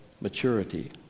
maturity